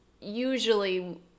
usually